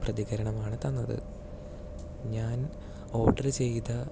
പ്രതികരണം ആണ് തന്നത് ഞാൻ ഓർഡർ ചെയ്ത